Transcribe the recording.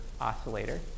oscillator